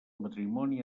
matrimoni